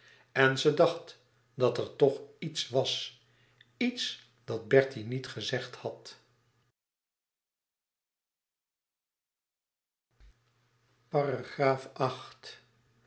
en ze dacht dat er toch iets was iets dat bertie niet gezegd had